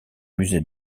musée